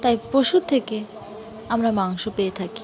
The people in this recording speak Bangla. তাই পশুর থেকে আমরা মাংস পেয়ে থাকি